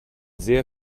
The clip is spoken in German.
sehr